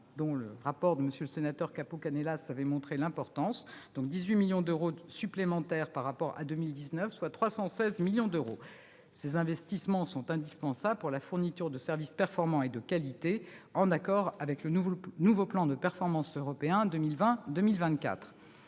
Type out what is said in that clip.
dont le rapport de M. Capo-Canellas avait montré l'importance, à hauteur de 18 millions d'euros supplémentaires par rapport à 2019, soit 316 millions d'euros. Ces investissements sont notamment indispensables pour la fourniture de services performants et de qualité, en accord avec le nouveau plan de performance européen 2020-2024.